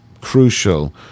crucial